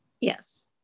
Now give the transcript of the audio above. Yes